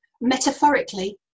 metaphorically